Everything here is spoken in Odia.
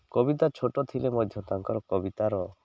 କବିତା ଛୋଟ ଥିଲେ ମଧ୍ୟ ତାଙ୍କର କବିତାର